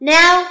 Now